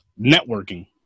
networking